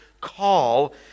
call